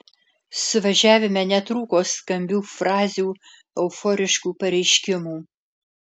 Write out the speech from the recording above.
suvažiavime netrūko skambių frazių euforiškų pareiškimų